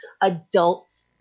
Adults